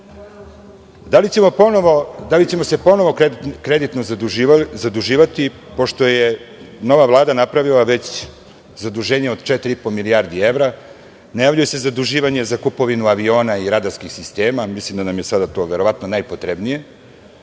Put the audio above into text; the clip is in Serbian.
li ćemo se ponovo kreditno zaduživati, pošto je nova Vlada napravila zaduženje od 4,5 milijardi evra, najavljuju se zaduživanja za kupovinu aviona i radarskih sistema i mislim da nam je sada to najpotrebnije.